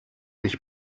ich